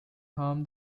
harm